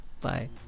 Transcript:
bye